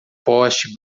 poste